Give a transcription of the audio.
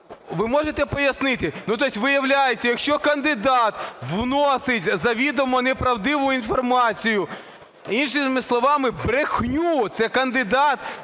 ви можете пояснити? Тобто, виявляється, якщо кандидат вносить завідомо неправдиву інформацію, іншими словами, брехню, кандидат